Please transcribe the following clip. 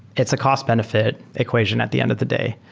it's a cost-benefit equation at the end of the day.